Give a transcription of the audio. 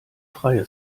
freie